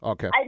Okay